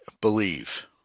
believe